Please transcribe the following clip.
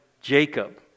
Jacob